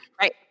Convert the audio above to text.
Right